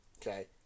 Okay